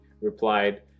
replied